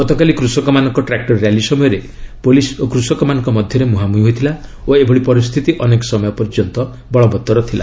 ଗତକାଲି କୂଷକମାନଙ୍କ ଟ୍ରାକୁର ର୍ୟାଲି ସମୟରେ ପୁଲିସ୍ ଓ କୃଷକମାନଙ୍କ ମଧ୍ୟରେ ମୁହାଁମୁହିଁ ହୋଇଥିଲା ଓ ଏଭଳି ପରିସ୍ଥିତି ଅନେକ ସମୟ ପର୍ଯ୍ୟନ୍ତ ଜାରି ଥିଲା